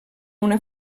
una